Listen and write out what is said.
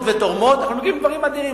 ותורמות אנחנו מגיעים לדברים אדירים,